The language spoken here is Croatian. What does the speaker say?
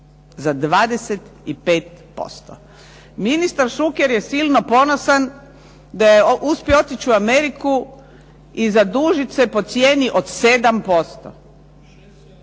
za 25%. Ministar Šuker je silno ponosan da je uspio otići u Ameriku i zadužiti se po cijeni od 7%.